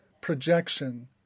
projection